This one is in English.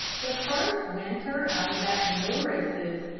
the first winter i was at the morrises',